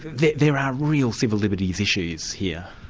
there there are real civil liberties issues here.